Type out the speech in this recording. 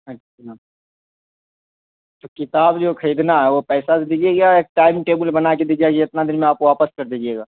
اچھا تو کتاب جو خریدنا ہے وہ پیسہ سے دیجیے گا یا ایک ٹائم ٹیبل بنا کے دیجیے گا کہ اتنا دن میں آپ کو واپس کر دیجیے گا